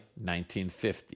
1950